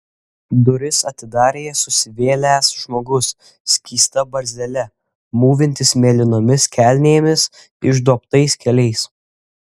duris atidarė susivėlęs žmogus skysta barzdele mūvintis mėlynomis kelnėmis išduobtais keliais